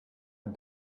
and